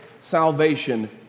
salvation